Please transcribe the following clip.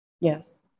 yes